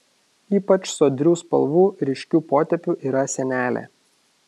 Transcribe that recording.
ypač sodrių spalvų ryškių potėpių yra senelė